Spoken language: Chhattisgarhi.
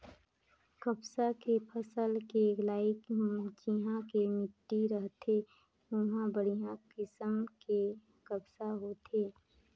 कपसा के फसल के लाइक जिन्हा के माटी हर रथे उंहा बड़िहा किसम के कपसा होथे